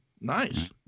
nice